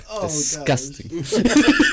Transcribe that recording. disgusting